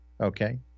Okay